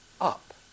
up